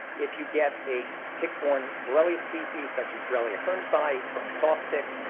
if you get a tick-borne borrelia species, such as borrelia hermsii, from a soft tick,